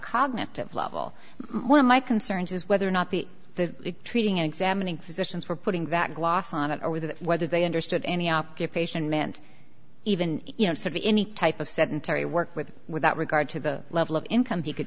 cognitive level one of my concerns is whether or not the the treating examining physicians were putting that gloss on it or with whether they understood any occupation meant even you know sort of any type of sedentary work with without regard to the level of income he could